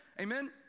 Amen